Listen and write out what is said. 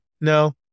No